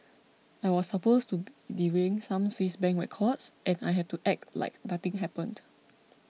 I was supposed to be delivering some Swiss Bank records and I had to act like nothing happened